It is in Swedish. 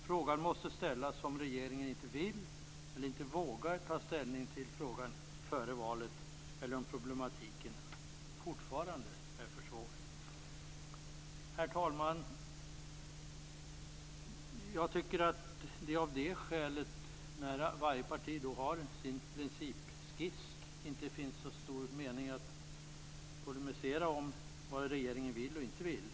Frågan måste ställas om regeringen inte vill eller inte vågar ta ställning till detta före valet eller om problematiken fortfarande är för svår. Herr talman! Då varje parti har sin principskiss är det inte särskilt meningsfullt att polemisera om vad regeringen vill och inte vill.